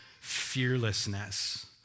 fearlessness